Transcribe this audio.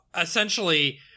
essentially